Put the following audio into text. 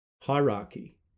hierarchy